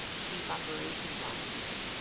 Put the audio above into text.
chief operations officer,